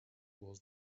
was